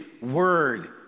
word